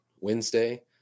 Wednesday